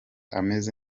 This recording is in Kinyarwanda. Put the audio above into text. ameze